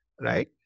right